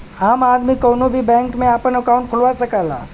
आम आदमी कउनो भी बैंक में आपन अंकाउट खुलवा सकला